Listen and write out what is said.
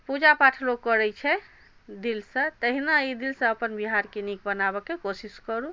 पूजा पाठ लोक करै छै दिलसँ तहिना ई दिलसँ अपन बिहारके नीक बनाबऽके कोशिश करू